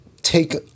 take